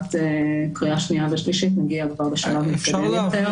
שלקראת קריאה שנייה ושלישית נגיע כבר לשלב מתקדם יותר.